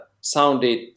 sounded